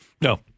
No